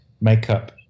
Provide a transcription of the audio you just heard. makeup